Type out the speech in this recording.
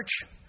church